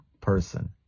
person